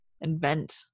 invent